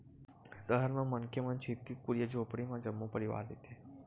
सहर म मनखे मन छितकी कुरिया झोपड़ी म जम्मो परवार रहिथे